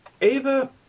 Ava